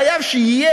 חייבים שתהיה